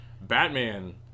Batman